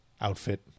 outfit